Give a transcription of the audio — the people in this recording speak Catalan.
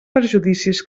perjudicis